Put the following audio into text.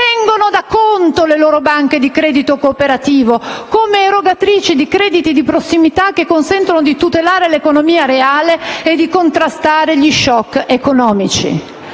tengono da conto le loro banche di credito cooperativo come erogatrici di crediti di prossimità che consentono di tutelare l'economia reale e di contrastare gli *shock* economici.